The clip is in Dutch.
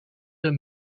een